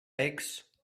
eggs